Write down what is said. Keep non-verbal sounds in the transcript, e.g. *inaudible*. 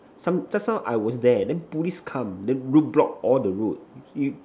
some just now I was there then police come then road block all the route *noise*